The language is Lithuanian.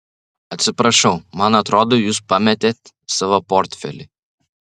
atsiprašau man atrodo jūs pametėt savo portfelį